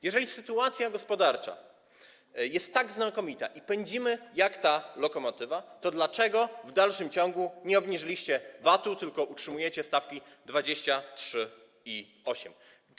Jeżeli sytuacja gospodarcza jest tak znakomita i pędzimy jak ta lokomotywa, to dlaczego w dalszym ciągu nie obniżyliście VAT-u, tylko utrzymujecie stawki 23% i 8%?